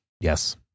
Yes